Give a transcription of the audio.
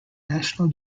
national